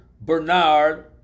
Bernard